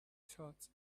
thought